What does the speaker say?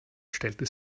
stellte